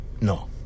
No